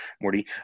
Morty